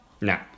No